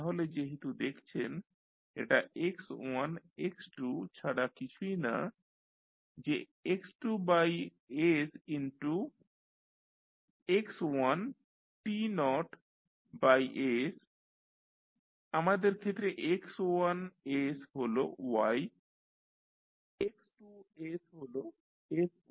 তাহলে যেহেতু দেখছেন এটা x1 x2 ছাড়া কিছুই না যে x2 by s into x1 t not by s আমাদের ক্ষেত্রে x1s হল y x2s হল sy